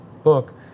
book